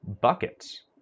Buckets